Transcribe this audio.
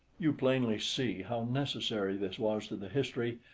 you plainly see how necessary this was to the history,